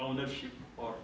ownership or